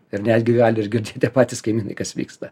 ir netgi gali išgirsti tie patys kaimynai kas vyksta